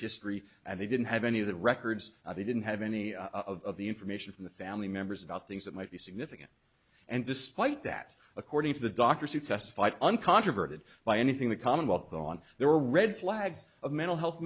history and they didn't have any of the records they didn't have any of the information from the family members about things that might be significant and despite that according to the doctors who testified uncontroverted by anything the commonwealth on there were red flags of mental health